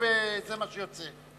בעדנו, וזה מה שיוצא.